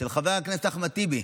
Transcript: חבר הכנסת אחמד טיבי,